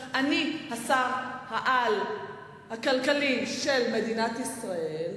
אנחנו רואים איך השכבות החלשות האלה משלמות את המחיר.